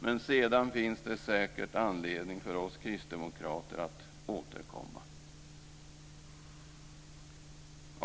Men sedan finns det säkert anledning för oss kristdemokrater att återkomma.